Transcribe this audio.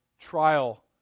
Trial